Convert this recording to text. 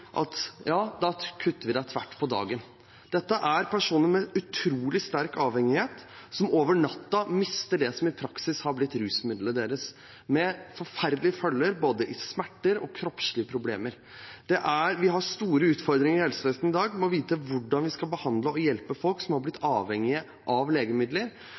da kutter de det tvert – på dagen. Dette er personer med en utrolig sterk avhengighet som over natta mister det som i praksis har blitt rusmiddelet deres, med forferdelige følger, i form av smerter og kroppslige problemer. Vi har store utfordringer i helsevesenet i dag med å vite hvordan vi skal behandle og hjelpe folk som har blitt avhengige av legemidler,